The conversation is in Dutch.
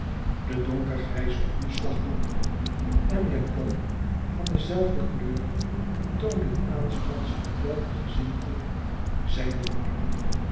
de donkergrijze omslagdoek en japon van dezelfde kleur toonden aanstonds tot welke gezindte zij behoorde